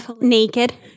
naked